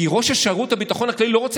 כי ראש שירות הביטחון הכללי לא רוצה